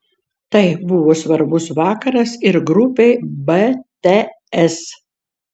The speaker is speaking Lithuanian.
tai buvo svarbus vakaras ir grupei bts